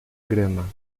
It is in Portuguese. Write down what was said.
grama